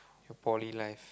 your poly life